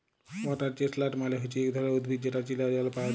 water chestnut মালে হচ্যে ইক ধরণের উদ্ভিদ যেটা চীলা জল পায়া যায়